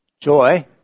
Joy